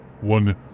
one